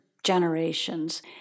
generations